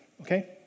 okay